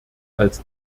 als